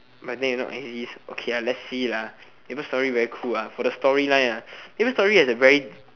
but then it not exist okay lah let's see lah maple story very cool ah for the storyline ah maple story has a very